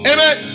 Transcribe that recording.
Amen